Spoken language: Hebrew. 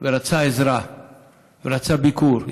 ורצה עזרה ורצה ביקור,